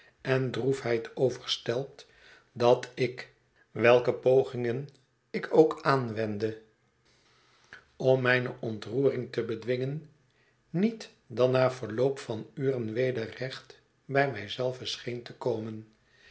en droefheid overstelpt dat ik welke pogingen ik ook aanwendde om mijne ontroering te bedwingen niet dan na verloop van uren weder recht bij mij zelve scheen te komen